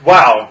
Wow